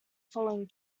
following